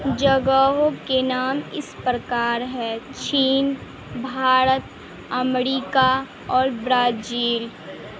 جگہوں کے نام اس پرکار ہے چین بھارت امریکہ اور برازیل